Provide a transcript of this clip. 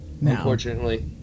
unfortunately